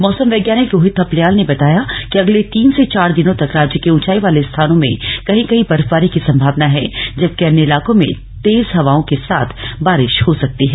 मौसम वैज्ञानिक रोहित थपलियाल ने बताया कि अगले तीन से चार दिनों तक राज्य के ऊंचाई वाले स्थानों में कहीं कहीं बर्फबारी की संभावना है जबकि अन्य इलाकों में तेज हवाओं के साथ बारिश हो सकती है